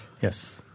Yes